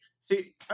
see